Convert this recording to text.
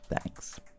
Thanks